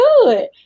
good